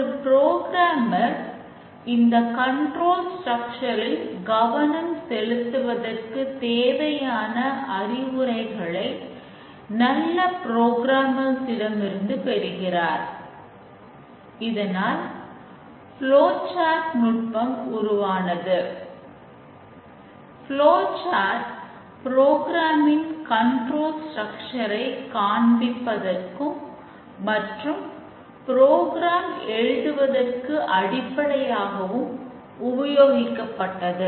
ஒரு புரோகிராமர் எழுதுவதற்கு அடிப்படையாகவும் உபயோகிக்கப்பட்டது